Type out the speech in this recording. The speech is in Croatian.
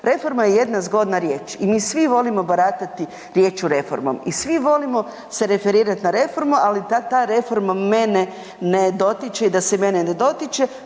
Reforma je jedna zgodna riječ i mi svi volimo baratati riječju reformom i svi volimo se referirat na reformu, ali ta, ta reforma mene ne dotiče i da se mene ne dotiče,